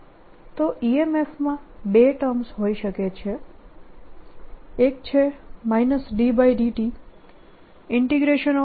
તો EMF માં બે ટર્મ્સ હોઈ શકે છે એક છે ddtB rtt